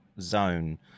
zone